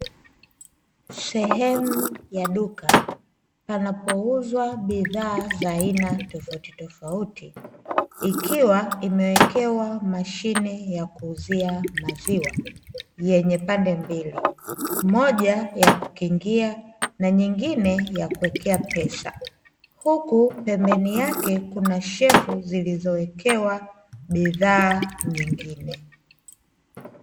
Sehemu ya duka, panapouzwa bidhaa za aina tofautitofauti, ikiwa imewekewa mashine ya kuuzia maziwa yenye pande mbili, moja ya kukingia na nyingine ya kuwekea pesa, huku pembeni yake kuna shelfu zilizowekewa bidhaa nyingine.